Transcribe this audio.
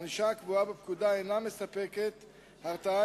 הענישה הקבועה בפקודה אינה מספקת הרתעה